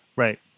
Right